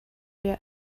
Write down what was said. wir